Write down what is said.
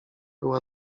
była